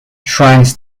shrines